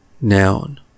Noun